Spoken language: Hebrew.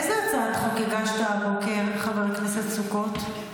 איזו הצעת חוק הגשת הבוקר, חבר הכנסת סוכות?